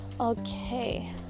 okay